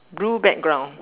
blue background